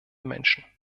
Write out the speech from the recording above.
menschen